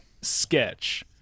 sketch